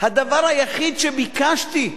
הרי הדבר היחיד שביקשתי,